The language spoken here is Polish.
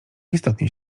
istotnie